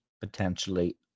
potentially